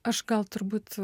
aš gal turbūt